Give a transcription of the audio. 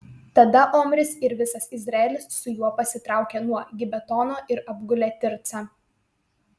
tada omris ir visas izraelis su juo pasitraukė nuo gibetono ir apgulė tircą